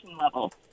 level